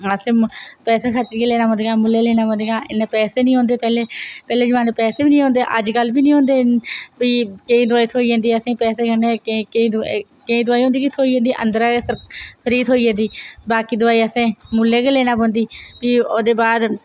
असें पैसे खर्चियै लेना पौंदियां मुल्लें लेना पौंदियां इन्ने पैसे नी होंदे पैहले पैहले जमाने पैसे नी हुंदे अज्ज कल्ल बी नी हुंदे फ्ही केईं दवाइयां थ्होई जंदियां असेंगी पैसे कन्नै केईं केईं दवाइयां होंदियां के थ्होई जंदियां अंदरां गै फ्री थ्होई जंदी बाकी दवाई असें मुल्लें गै लेना पौंदी फ्ही ओह्दे बाद